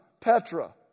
Petra